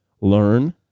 Learn